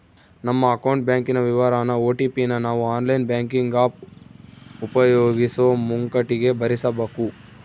ನಮ್ಮ ಅಕೌಂಟ್ ಬ್ಯಾಂಕಿನ ವಿವರಾನ ಓ.ಟಿ.ಪಿ ನ ನಾವು ಆನ್ಲೈನ್ ಬ್ಯಾಂಕಿಂಗ್ ಆಪ್ ಉಪಯೋಗಿಸೋ ಮುಂಕಟಿಗೆ ಭರಿಸಬಕು